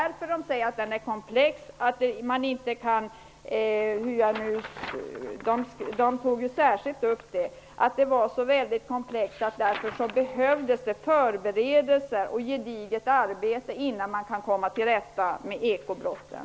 Revisorerna förklarar att ekobrottsligheten är så komplex att det behövs förberedelser och gediget arbete innan man kan komma till rätta med ekobrotten.